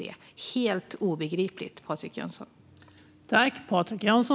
Detta är helt obegripligt, Patrik Jönsson.